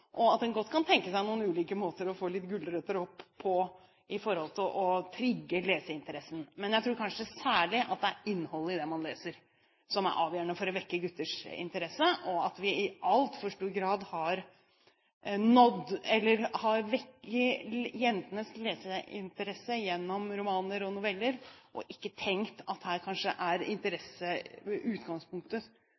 og at den ytre motivasjonen, eller konkurranseinstinktet, kan ligge litt sterkere i guttekulturen enn i jentekulturen. En kan på ulike måter godt tenke seg å ha noen gulrøtter for å trigge leseinteressen, men jeg tror kanskje særlig at det er innholdet i det man leser, som er avgjørende for å vekke gutters interesse, og at vi i altfor stor grad har vekket jentenes leseinteresse gjennom romaner og noveller og ikke tenkt at utgangspunktet kanskje er